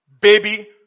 baby